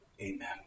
Amen